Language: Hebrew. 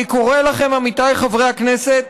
אני קורא לכם, עמיתיי חברי הכנסת,